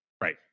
right